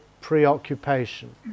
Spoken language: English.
preoccupation